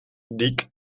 dig